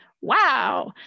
wow